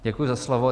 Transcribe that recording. Děkuji za slovo.